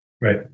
Right